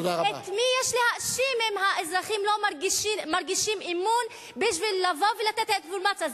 את מי יש להאשים אם האזרחים לא מרגישים אמון כדי לבוא ולתת אינפורמציה?